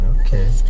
Okay